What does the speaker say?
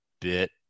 bit